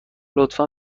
لطفا